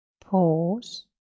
pause